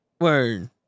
Word